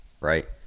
right